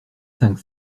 cinq